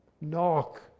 knock